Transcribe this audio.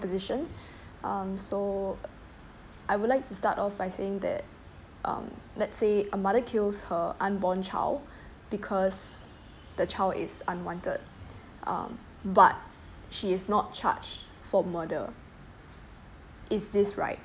proposition um so I would like to start off by saying that um let's say a mother kills her unborn child because the child is unwanted um but she is not charged for murder is this right